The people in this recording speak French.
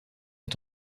est